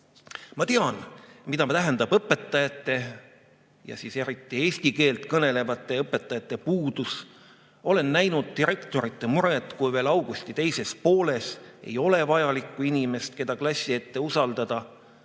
Ma tean, mida tähendab õpetajate ja eriti eesti keelt kõnelevate õpetajate puudus. Olen näinud direktorite muret, kui veel augusti teises pooles ei ole vajalikku inimest, keda klassi ette usaldada.